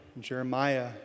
Jeremiah